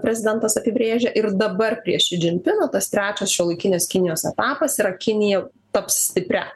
prezidentas apibrėžė ir dabar ši džim pinas tas trečias šiuolaikinės kinijos etapas yra kinija taps stipria